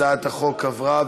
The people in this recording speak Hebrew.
הצעת החוק עברה,